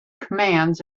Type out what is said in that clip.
commands